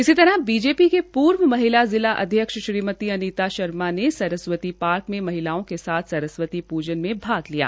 इसी तरह बीजेपी की पूर्व महिला जिला अध्यक्ष श्रीमती अनीत शर्मा ने सरस्वती पार्क महिलाओं के साथ सरस्वती पूजन में भाग लिया